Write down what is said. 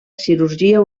cirurgia